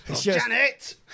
Janet